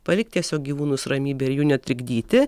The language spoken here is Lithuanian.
palikt tiesiog gyvūnus ramybėj ir jų netrikdyti